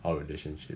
our relationship